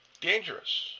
dangerous